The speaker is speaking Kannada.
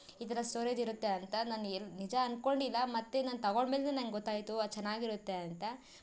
ಈ ಥರ ಸ್ಟೋರೇಜ್ ಇರುತ್ತೆ ಅಂತ ನಾನು ಎಲ್ಲ ನಿಜ ಅಂದ್ಕೊಂಡಿಲ್ಲ ಮತ್ತು ನಾನು ತಗೊಂಡ ಮೇಲೆ ನಂಗೆ ಗೊತ್ತಾಯಿತು ಅದು ಚೆನ್ನಾಗಿರುತ್ತೆ ಅಂತ